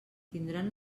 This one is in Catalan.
tindran